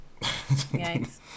Yikes